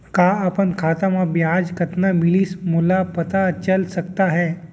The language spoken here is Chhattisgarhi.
का अपन खाता म ब्याज कतना मिलिस मोला पता चल सकता है?